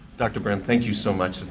dr. brand thank you so much.